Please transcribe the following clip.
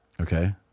Okay